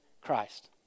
Christ